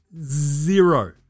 Zero